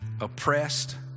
oppressed